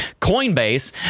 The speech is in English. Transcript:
Coinbase